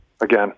again